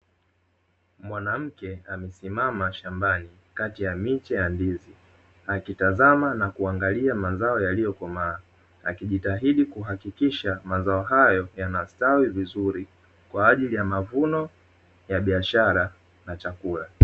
Mwanamke amesimama shambani kati ya miche ya ndizi, akitazama na kuangalia mazao yaliyokomaa akijitahidi kuhakikisha mazao hayo yana stawi vizuri kwa ajili ya mavuno ya biashara na chakula.